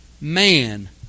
man